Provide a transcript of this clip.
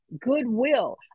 goodwill